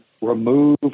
remove